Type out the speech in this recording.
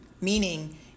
meaning